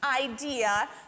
idea